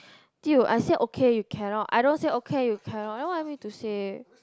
dude I say okay you cannot I don't say okay you cannot then what you want me to say